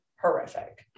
horrific